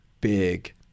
big